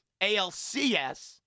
ALCS